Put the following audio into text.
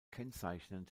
kennzeichnend